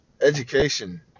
education